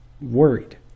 worried